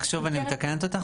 רק שוב אני מתקנת אותך,